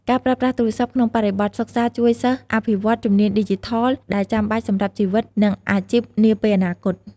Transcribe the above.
ការប្រើប្រាស់ទូរស័ព្ទក្នុងបរិបទសិក្សាជួយសិស្សអភិវឌ្ឍ ជំនាញឌីជីថល ដែលចាំបាច់សម្រាប់ជីវិត និងអាជីពនាពេលអនាគត។